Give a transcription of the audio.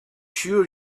sure